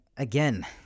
Again